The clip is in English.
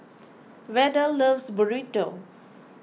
Verdell loves Burrito